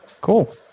Cool